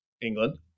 England